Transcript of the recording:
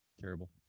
terrible